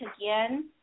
again